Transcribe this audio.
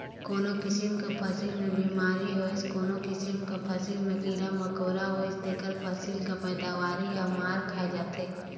कोनो किसिम कर फसिल में बेमारी होइस कोनो किसिम कर फसिल में कीरा मकोरा होइस तेकर फसिल कर पएदावारी हर मार खाए जाथे